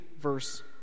verse